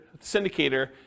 syndicator